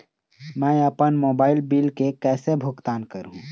मैं अपन mobile bill के कैसे भुगतान कर हूं?